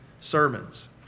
sermons